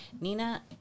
Nina